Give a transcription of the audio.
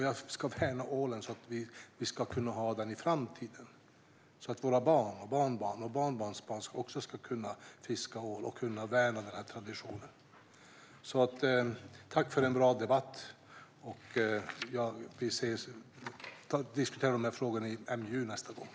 Jag ska värna ålen så att vi ska kunna ha den i framtiden, så att våra barn och barnbarn och barnbarnsbarn också ska kunna fiska ål och värna den traditionen. Tack för en bra debatt! Vi ses och diskuterar de här frågorna i miljö och jordbruksutskottet nästa gång.